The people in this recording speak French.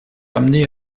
amenée